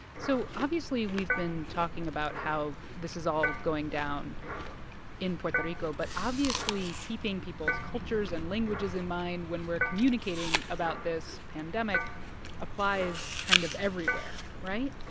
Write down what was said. so obviously, we've been talking about how this is all going down in puerto rico. but obviously, keeping people's cultures and languages in mind when we're communicating about this pandemic applies kind of everywhere, right?